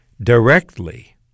Directly